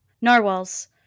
Narwhals